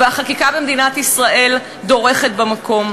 והחקיקה במדינת ישראל דורכת במקום.